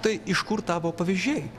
tai iš kur tavo pavyzdžiai